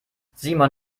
simon